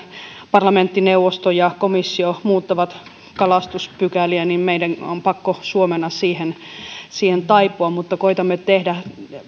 parlamenttineuvosto ja komissio muuttavat kalastuspykäliä niin meidän on pakko suomena siihen siihen taipua mutta koetamme tehdä